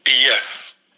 Yes